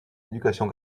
éducation